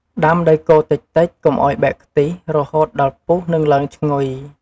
ដាំដោយកូរតិចៗកុំឱ្យបែកខ្ទិះ រហូតដល់ពុះនិងឡើងឈ្ងុយ។